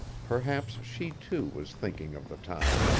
perhaps she, too, was thinking of the time.